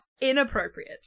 inappropriate